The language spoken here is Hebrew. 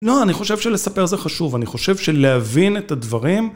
לא, אני חושב שלספר זה חשוב, אני חושב שלהבין את הדברים.